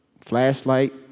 flashlight